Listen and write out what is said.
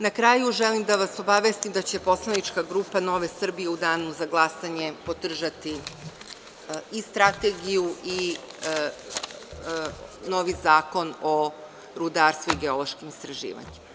Na kraju, želim da vas obavestim da će poslanička grupa Nove Srbije u danu za glasanje podržati i Strategiju i novi Zakon o rudarstvu i geološkim istraživanjima.